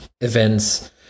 events